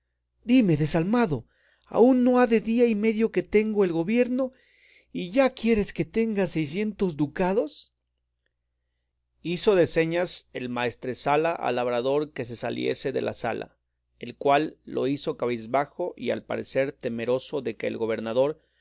dime desalmado aún no ha día y medio que tengo el gobierno y ya quieres que tenga seiscientos ducados hizo de señas el maestresala al labrador que se saliese de la sala el cual lo hizo cabizbajo y al parecer temeroso de que el gobernador